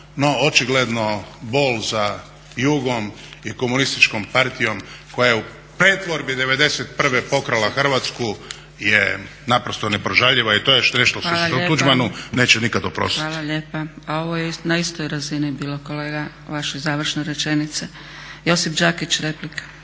očigledno bol za Jugom i komunističkom partijom koja je u pretvorbi '91. pokrala Hrvatsku je naprosto neprežaljiva i to je nešto što se Tuđmanu neće nikad oprostiti. **Zgrebec, Dragica (SDP)** Hvala lijepa. Ovo je na istoj razini bilo kolega, vaša završna rečenica. Josip Đakić, replika.